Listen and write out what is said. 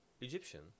Egyptian